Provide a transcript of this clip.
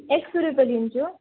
एक सय रुपियाँ लिन्छु